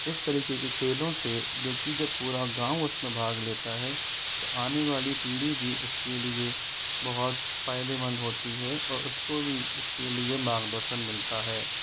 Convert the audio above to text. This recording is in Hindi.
इस तरीके के खेलों से जो कि जो पूरा गाँव उसमें भाग लेता है तो आने वाली पीढ़ी भी उसके लिए बहुत फायदेमंद होती है और उसको भी इसके लिए मार्गदर्शन मिलता है